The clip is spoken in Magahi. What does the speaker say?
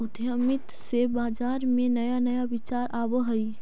उद्यमिता से बाजार में नया नया विचार आवऽ हइ